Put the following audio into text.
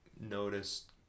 noticed